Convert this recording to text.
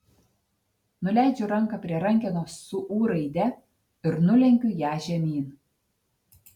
nuleidžiu ranką prie rankenos su ū raide ir nulenkiu ją žemyn